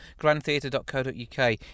grandtheatre.co.uk